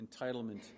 entitlement